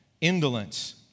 indolence